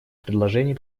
предложений